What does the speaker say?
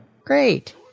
Great